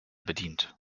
bedient